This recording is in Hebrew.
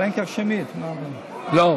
לא.